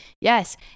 yes